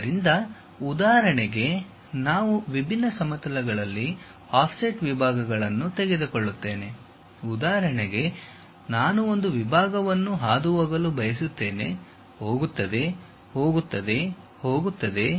ಆದ್ದರಿಂದ ಉದಾಹರಣೆಗೆ ನಾವು ವಿಭಿನ್ನ ಸಮತಲಗಳಲ್ಲಿ ಆಫ್ಸೆಟ್ ವಿಭಾಗಗಳನ್ನು ತೆಗೆದುಕೊಳ್ಳುತ್ತೇನೆ ಉದಾಹರಣೆಗೆ ನಾನು ಒಂದು ವಿಭಾಗವನ್ನು ಹಾದುಹೋಗಲು ಬಯಸುತ್ತೇನೆ ಹೋಗುತ್ತದೆ ಹೋಗುತ್ತದೆ ಹೋಗುತ್ತದೆ